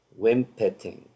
Wimpeting